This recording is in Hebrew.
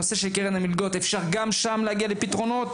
נושא קרן המלגות גם שם אפשר להגיע לפתרונות.